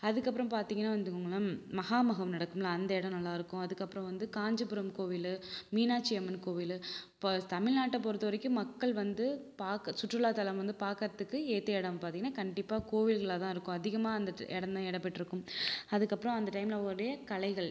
அதுக்கப்புறம் பார்த்திங்கன்னா வந்துங்களேன் மகாமகம் நடக்கும்லை அந்த இடம் நல்லாயிருக்கும் அதுக்கப்புறம் வந்து காஞ்சிபுரம் கோவில் மீனாட்சி அம்மன் கோவில் இப்போ தமிழ் நாட்டை பொறுத்தவரைக்கும் மக்கள் வந்து பார்க்க சுற்றுலாத்தலம் வந்து பார்க்கறதுக்கு ஏற்ற இடம் பார்த்திங்கன்னா கண்டிப்பாக கோவில்களாகதான் இருக்கும் அதிகமாக அந்த இடம்தான் இடம் பெற்றிருக்கும் அதுக்கப்புறம் அந்த டைமில் அதோடைய கலைகள்